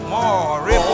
More